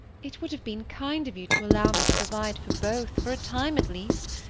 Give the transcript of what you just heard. it would have been kind of you to allow me to provide for both, for a time at least.